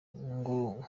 nko